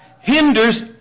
hinders